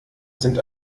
sind